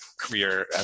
career